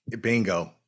bingo